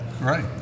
Right